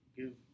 give